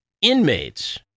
inmates